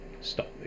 stop